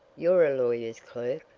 you're a lawyer's clerk?